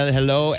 Hello